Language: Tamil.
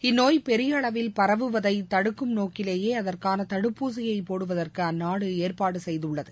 இந்நோய் பெரியஅளவில் பரவுவதைதடுக்கும் நோக்கிலேயே அதற்கானதடுப்பூசியை போடுவதற்கு அந்நாடுஏற்பாடுசெய்துள்ளது